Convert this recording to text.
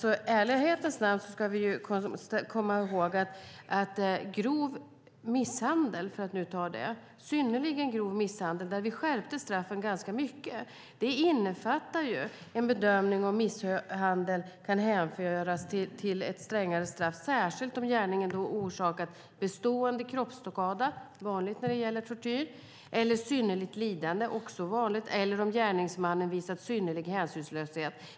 I ärlighetens namn ska vi komma ihåg att synnerligen grov misshandel, där vi skärpte straffen ganska mycket, innefattar en bedömning om misshandeln kan hänföras till ett strängare straff, särskilt om gärningen orsakat bestående kroppsskada - vanligt när det gäller tortyr - eller synnerligt lidande - också vanligt - eller om gärningsmannen visat synnerlig hänsynslöshet.